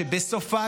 שבסופה,